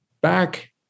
Back